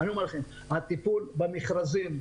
הטיפול במכרזים,